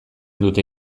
dute